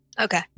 Okay